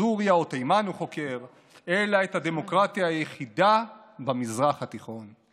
סוריה או תימן הוא חוקר אלא את הדמוקרטיה היחידה במזרח התיכון,